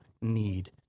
need